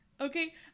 okay